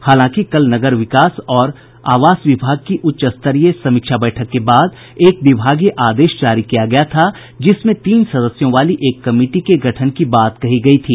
हालांकि कल नगर विकास और आवास विभाग की उच्चस्तरीय समीक्षा बैठक के बाद एक विभागीय आदेश जारी किया गया था जिसमें तीन सदस्यों वाली एक कमिटी के गठन की बात कही गयी थी